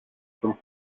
from